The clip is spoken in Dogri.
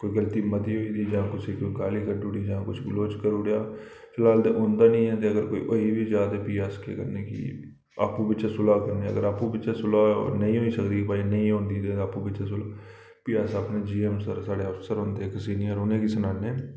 कोई गल्ती मती होई दी जां कोई कुसैगी गाली कड्ढी ओड़ी जां गाली गलौच करी ओड़ेआ फिलहाल ते होंदा निं ऐ ते अगर कोई होई बी जा ते अस केह् कन्नै कि आपूं बिच्च सुलहा करने अगर आपूं बिच्चें सुलहा नेईं होई नेईं सकदी भाई नेईं होंदी भाई आपूं बिच्चें सुलहा फ्ही अस अपने जी ऐम सर साढ़े अफसर होंदे इक सीनियर उ'नेंगी सनान्ने